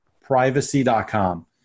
Privacy.com